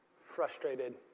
frustrated